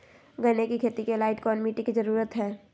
गन्ने की खेती के लाइट कौन मिट्टी की जरूरत है?